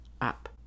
up